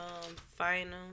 final